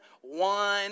one